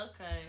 Okay